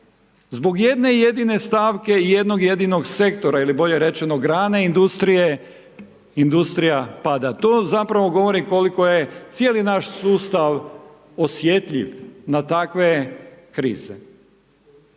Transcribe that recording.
Zbog jedne jedine stavke i jednog jedinog sektora, ili bolje rečeno, grane industrije, industrija pada. To zapravo govori koliko je cijeli naš sustav osjetljiv na takve krize.